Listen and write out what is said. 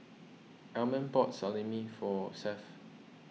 Almond bought Salami for Seth